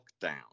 lockdown